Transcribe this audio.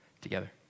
together